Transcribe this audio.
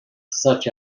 such